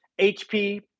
hp